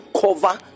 cover